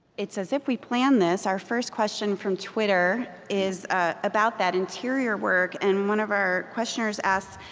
it's as if we planned this our first question from twitter is ah about that interior work, and one of our questioners asks,